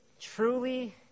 truly